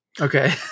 Okay